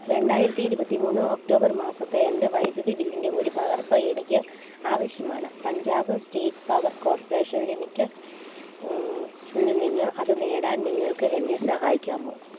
രണ്ടായിരത്തി ഇരുപത്തി മൂന്ന് ഒക്ടോബർ മാസത്തെ എൻ്റെ വൈദ്യുതി ബില്ലിൻ്റെ ഒര് പകർപ്പ് എനിക്ക് ആവശ്യമാണ് Punjab state power corporation limited ഇൽ നിന്ന് അത് നേടാൻ നിങ്ങൾക്ക് എന്നെ സഹായിക്കാമോ